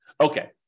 Okay